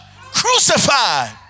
Crucified